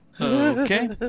Okay